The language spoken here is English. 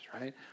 right